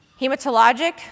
Hematologic